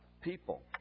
people